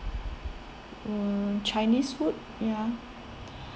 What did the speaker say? mm chinese food ya